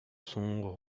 sont